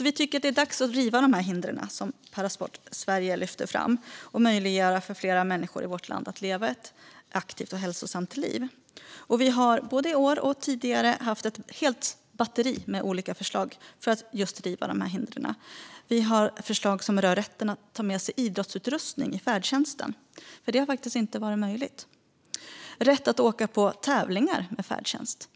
Vi tycker att det är dags att riva de hinder som Parasport Sverige lyfter fram och möjliggöra för fler människor i vårt land att leva ett aktivt och hälsosamt liv. Vi har både i år och tidigare haft ett helt batteri med förslag för att riva hindren. Vi har förslag som rör rätten att ta med sig idrottsutrustning i färdtjänsten, vilket faktiskt inte har varit möjligt, liksom rätten att åka på tävlingar med färdtjänst.